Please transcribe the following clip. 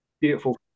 beautiful